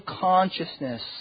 consciousness